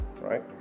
right